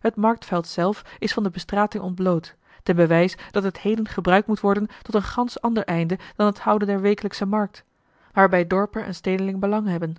het marktveld zelf is van de bestrating ontbloot ten bewijze dat het heden gebruikt moet worden tot een gansch ander einde dan het houden der wekelijksche markt waarbij dorpen en stedelingen belang hebben